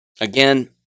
Again